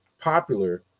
popular